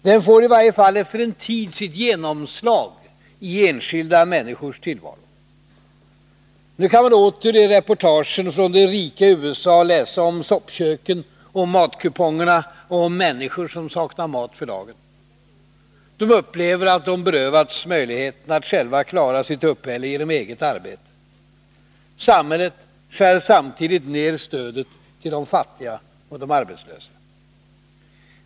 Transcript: Den får, i varje fall efter en tid, sitt genomslag i enskilda människors tillvaro. Nu kan man åter i reportagen från det rika USA läsa om soppköken och matkupongerna och om människor som saknar mat för dagen. De upplever att de berövats möjligheten att klara sitt uppehälle genom eget arbete. Samhället skär samtidigt ner stödet till de fattiga och arbetslösa.